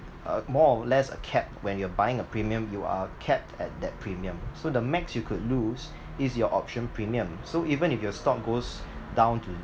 uh more or less a cap when you're buying a premium you are capped at that premium so the max you could lose is your option premium so even if your stock goes down to